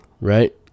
right